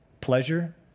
pleasure